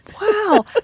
Wow